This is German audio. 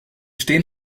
stehen